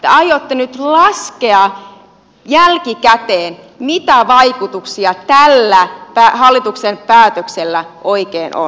te aiotte nyt laskea jälkikäteen mitä vaikutuksia tällä hallituksen päätöksellä oikein on